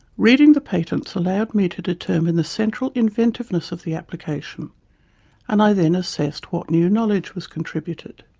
reading the patents allowed me to determine the central inventiveness of the application and i then assessed what new knowledge was contributed.